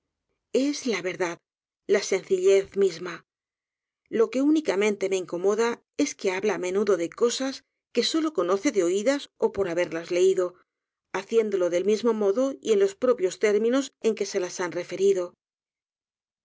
es la verdad la sencillez misma lo que únicamente me incomoda es que habla á menudo de cosas que solo conoce de oidas ó por haberlas leido haciéndolo del mismo modo y en los propios términos en que se las han referido